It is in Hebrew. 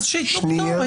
אז שייתנו פטור.